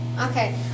Okay